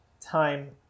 Time